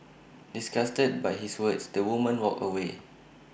disgusted by his words the woman walked away